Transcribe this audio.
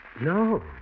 No